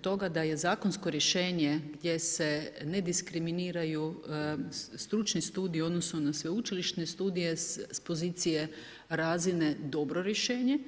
toga da je zakonsko rješenje gdje se nediskriminiraju stručni studiji u odnosu na sveučilišne studije s pozicije razine dobro rješenje.